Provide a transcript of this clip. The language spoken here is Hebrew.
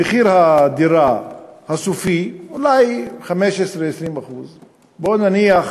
במחיר הדירה הסופי הוא אולי 15% 20%. בואו נניח